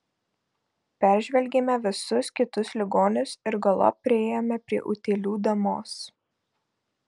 peržvelgėme visus kitus ligonius ir galop priėjome prie utėlių damos